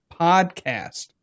Podcast